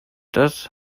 das